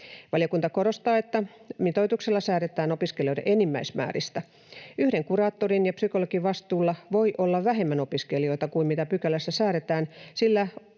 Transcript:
Valiokunta korostaa, että mitoituksella säädetään opiskelijoiden enimmäismääristä. Yhden kuraattorin ja psykologin vastuulla voi olla vähemmän opiskelijoita kuin mitä pykälässä säädetään,